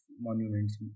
monuments